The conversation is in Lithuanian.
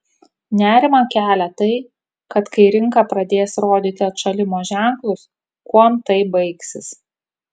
nerimą kelia tai kad kai rinka pradės rodyti atšalimo ženklus kuom tai baigsis